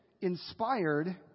inspired